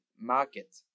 market